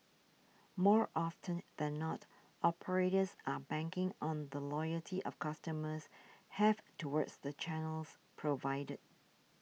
more often than not operators are banking on the loyalty of customers have towards the channels provided